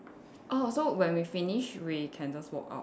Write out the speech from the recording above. oh so when we finish we can just walk out